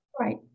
Right